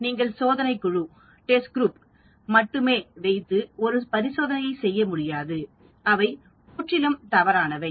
நீங்கள் சோதனை குழு மட்டுமே வைத்து ஒரு பரிசோதனையை செய்ய முடியாது அவை முற்றிலும் தவறானவை